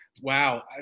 Wow